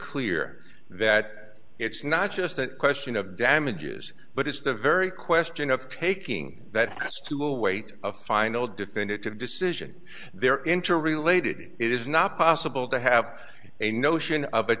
clear that it's not just a question of damages but it's the very question of taking that has to await a final definitive decision there interrelated it is not possible to have a notion of